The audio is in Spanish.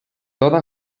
toda